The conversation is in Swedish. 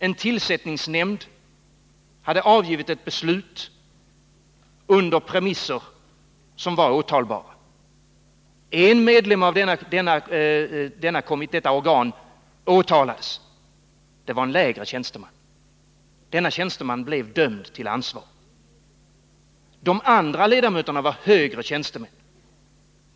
En tillsättningsnämnd hade avgivit ett beslut under premisser som var åtalbara. En medlem av detta organ åtalades. Det var en lägre tjänsteman. Denne tjänsteman blev dömd till ansvar. De andra ledamöterna var högre tjänstemän.